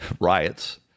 riots